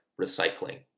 recycling